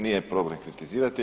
Nije problem kritizirati.